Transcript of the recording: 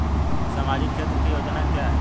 सामाजिक क्षेत्र की योजना क्या है?